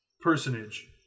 personage